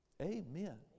Amen